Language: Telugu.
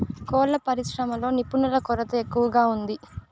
కోళ్ళ పరిశ్రమలో నిపుణుల కొరత ఎక్కువగా ఉంది